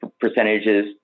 percentages